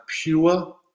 pure